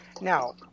Now